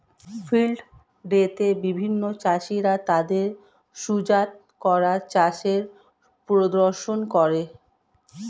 field day তে বিভিন্ন চাষীরা তাদের সুজাত করা চাষের প্রদর্শন করে